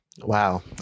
Wow